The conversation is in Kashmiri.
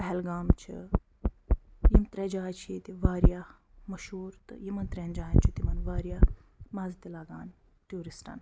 پہلگام چھِ یِم ترٛےٚ جایہِ چھِ ییٚتہِ واریاہ مشہوٗر تہٕ یِمَن ترٛٮ۪ن جایَن چھِ تِمَن واریاہ مَزٕ تہِ لَگان ٹوٗرِسٹَن